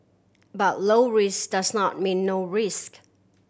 but low risk does not mean no risk